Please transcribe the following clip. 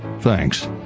thanks